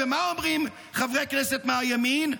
ומה אומרים חברי הכנסת מהימין?